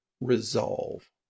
resolve